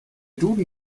duden